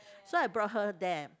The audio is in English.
so I brought her there